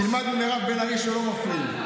תלמד ממירב בן ארי שלא מפריעים.